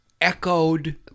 echoed